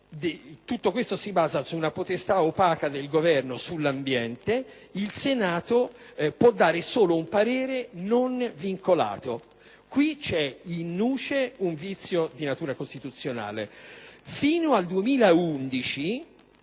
tutto ciò si basa su una potestà opaca del Governo sull'ambiente e il Senato può esprimere solo un parere non vincolante. Qui c'è, *in* *nuce*, un vizio di natura costituzionale: fino al 2011,